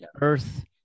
earth